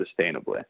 sustainably